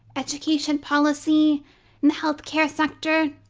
education policy and the healthcare sector.